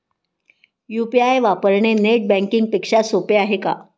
UPI वापरणे net banking पेक्षा सोपे आहे का?